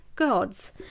gods